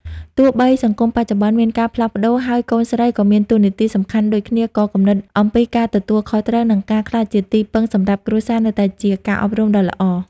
ទោះបីសង្គមបច្ចុប្បន្នមានការផ្លាស់ប្ដូរ ហើយកូនស្រីក៏មានតួនាទីសំខាន់ដូចគ្នា ក៏គំនិតអំពីការទទួលខុសត្រូវ និងការក្លាយជាទីពឹងសម្រាប់គ្រួសារនៅតែជាការអប់រំដ៏ល្អ។